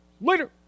later